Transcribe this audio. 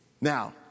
Now